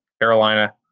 Carolina